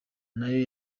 nayo